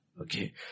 Okay